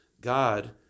God